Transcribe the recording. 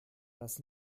das